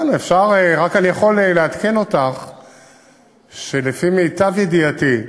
אני רק יכול לעדכן אותך שלפי מיטב ידיעתי,